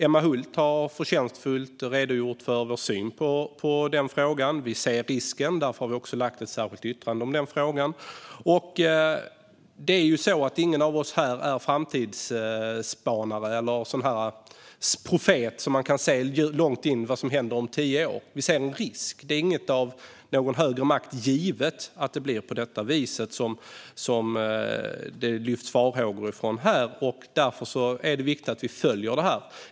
Emma Hult har förtjänstfullt redogjort för vår syn i den frågan. Vi ser risken, och därför har vi också lagt ett särskilt yttrande. Ingen av oss här inne är framtidsspanare eller profet som kan se vad som händer om tio år. Vi ser en risk. Men det är inte av högre makt givet att det blir så som befarat, och därför är det viktigt att vi följer detta.